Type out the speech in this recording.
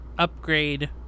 upgrade